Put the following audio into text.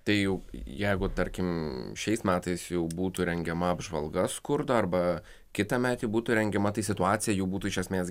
tai jau jeigu tarkim šiais metais jau būtų rengiama apžvalga skurdo arba kitąmet ji būtų rengiama tai situacija jų būtų iš esmės